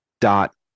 dot